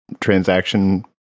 transaction